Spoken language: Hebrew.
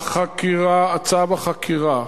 צו החקירה,